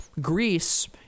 Greece